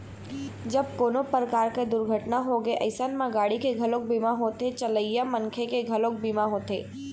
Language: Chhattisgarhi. जब कोनो परकार के दुरघटना होगे अइसन म गाड़ी के घलोक बीमा होथे, चलइया मनखे के घलोक बीमा होथे